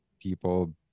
people